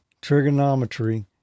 Trigonometry